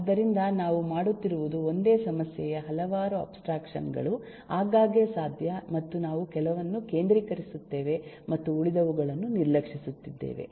ಆದ್ದರಿಂದ ನಾವು ಮಾಡುತ್ತಿರುವುದು ಒಂದೇ ಸಮಸ್ಯೆಯ ಹಲವಾರು ಅಬ್ಸ್ಟ್ರಾಕ್ಷನ್ ಗಳು ಆಗಾಗ್ಗೆ ಸಾಧ್ಯ ಮತ್ತು ನಾವು ಕೆಲವನ್ನು ಕೇಂದ್ರೀಕರಿಸುತ್ತೇವೆ ಮತ್ತು ಉಳಿದವುಗಳನ್ನು ನಿರ್ಲಕ್ಷಿಸುತ್ತಿದ್ದೇವೆ